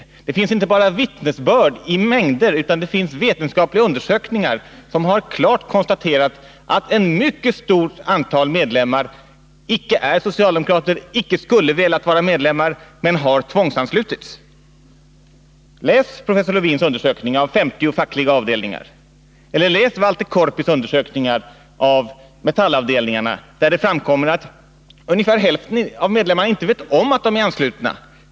Och det finns inte bara vittnesbörd i mängder, utan det finns vetenskapliga undersökningar där det klart konstaterats att ett mycket stort antal medlemmar i SAP icke är socialdemokrater, icke skulle ha velat vara medlemmar men har tvångsanslutits. Läs professor Lewins undersökning av 50 fackliga avdelningar eller läs Walter Korpis undersökningar av Metallavdelningarna, där det framkommer att ungefär hälften av medlemmarna inte vet om att de är anslutna.